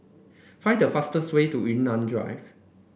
find the fastest way to Yunnan Drive